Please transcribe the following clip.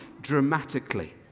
dramatically